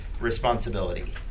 responsibility